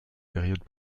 périodes